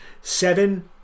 Seven